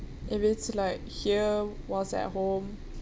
if it's like here was at home